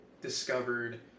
discovered